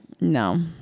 no